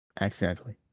Accidentally